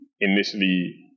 initially